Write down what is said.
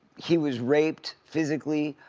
he was raped physically,